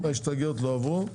ההסתייגויות לא עברו.